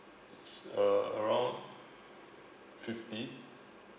it's uh around fifty